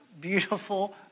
beautiful